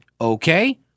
Okay